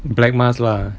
black mask lah